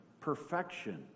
perfection